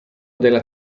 della